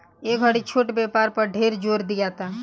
ए घड़ी छोट व्यापार पर ढेर जोर दियाता